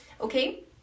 okay